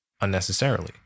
unnecessarily